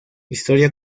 historia